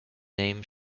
name